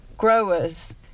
growers